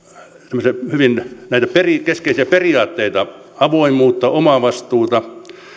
tämmöisiä hyvin keskeisiä periaatteita avoimuutta omavastuuta